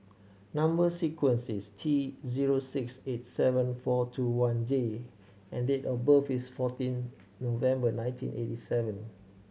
number sequence is T zero six eight seven four two one J and date of birth is fourteen November nineteen eighty seven